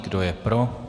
Kdo je pro?